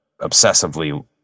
obsessively